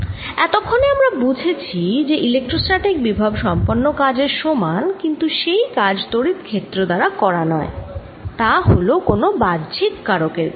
এতক্ষনে আমরা বুঝেছি যে ইলেক্ট্রোস্ট্যাটিক বিভব সম্পন্ন কাজের সমান কিন্তু সেই কাজ তড়িৎ ক্ষেত্র দ্বারা করা নয় তা হল কোন বাহ্যিক কারক এর করা